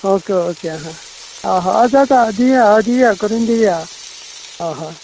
okay okay हां हां हय जाता दिवयां हय दिवयां करून दिवयां हय हय